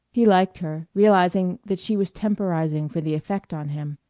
he liked her, realizing that she was temporizing for the effect on him.